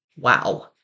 Wow